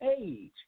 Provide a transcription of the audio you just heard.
age